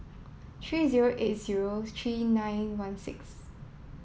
three zero eight zero three nine one six